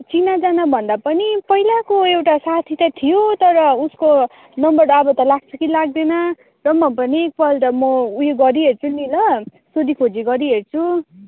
चिनाजाना भन्दा पनि पहिलाको एउटा साथी त्यहीँ थियो तर उसको नम्बर अब त लाग्छ कि लाग्दैन र म अब पनि एकपल्ट म उयो गरिहेर्छु नि ल सोधिखोजी गरिहेर्छु